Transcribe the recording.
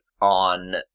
on